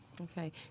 Okay